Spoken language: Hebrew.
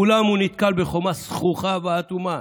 אולם הוא נתקל בחומה זחוחה ואטומה